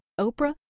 Oprah